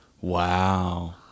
Wow